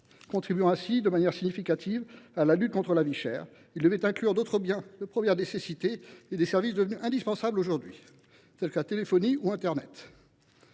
Contribuant ainsi de manière significative à la lutte contre la vie chère, il devait inclure d’autres biens de première nécessité et des services devenus indispensables aujourd’hui, tels que la téléphonie ou internet.